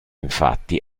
infatti